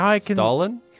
Stalin